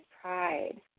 pride